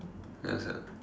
ya sia